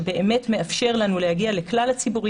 שבאמת מאפשר לנו להגיע לכלל הציבור,